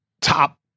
top